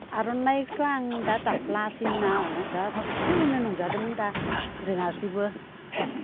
आर'नाइखोथ' आं दा दाफ्लाङासैना दा सोलोंनो नंजादोंमोन दा रोङासैबो